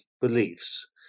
beliefs